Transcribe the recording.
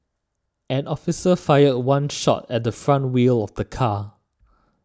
an officer fired one shot at the front wheel of the car